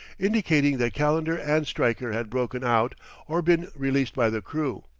indicating that calendar and stryker had broken out or been released by the crew.